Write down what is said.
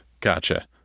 Gotcha